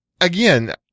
again